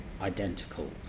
identical